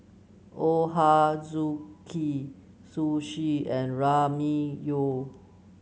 Ochazuke Sushi and Ramyeon